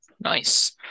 Nice